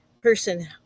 person